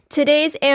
Today's